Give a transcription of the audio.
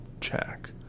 check